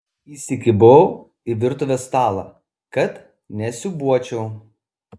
įsikibau į virtuvės stalą kad nesiūbuočiau